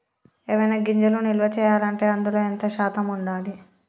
ఏవైనా గింజలు నిల్వ చేయాలంటే అందులో ఎంత శాతం ఉండాలి?